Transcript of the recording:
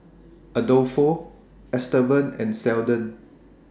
Adolfo Estevan and Seldon